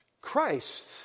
Christ